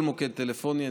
זה כל מוקד טלפוני.